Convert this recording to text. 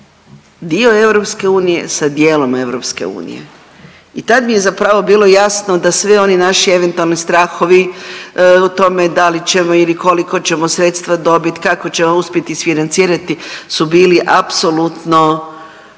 dio EU sa dijelom EU. I tad mi je zapravo bilo jasno da svi oni naši eventualni strahovi o tome da li ćemo ili koliko ćemo sredstva dobit, kako ćemo uspjeti isfinancirati su bili apsolutno